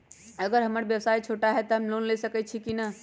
अगर हमर व्यवसाय छोटा है त हम लोन ले सकईछी की न?